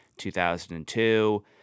2002